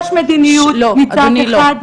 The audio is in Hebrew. יש מדיניות מצד אחד,